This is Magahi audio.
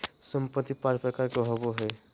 संपत्ति पांच प्रकार के होबो हइ